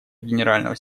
генерального